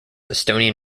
estonian